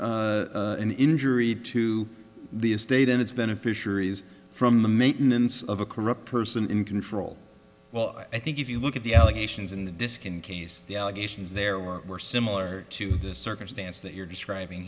for an injury to the estate and it's been a fisheries from the maintenance of a corrupt person in control well i think if you look at the allegations in the disc in case the allegations there were were similar to this circumstance that you're describing